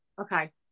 Okay